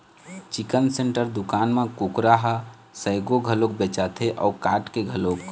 chicken centre दुकान म कुकरा ह सइघो घलोक बेचाथे अउ काट के घलोक